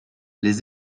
les